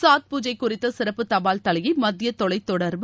சாத் பூஜை குறித்த சிறப்பு தபால் தலையை மத்திய தொலைத்தொடர்பு